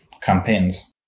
campaigns